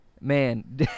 Man